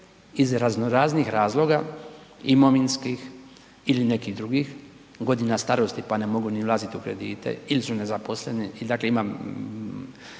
iz razno raznih razloga imovinskih ili nekih drugih, godina starosti, pa ne mogu ni ulaziti u kredite ili su nezaposleni i dakle imam